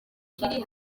kiri